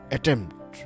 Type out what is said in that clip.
Attempt